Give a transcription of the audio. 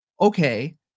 Okay